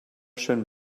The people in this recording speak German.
schön